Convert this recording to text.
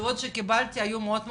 התשובות שקיבלתי היו מאוד ברורות,